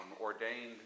ordained